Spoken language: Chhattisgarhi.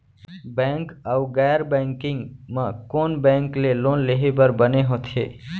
बैंक अऊ गैर बैंकिंग म कोन बैंक ले लोन लेहे बर बने होथे?